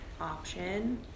option